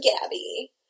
Gabby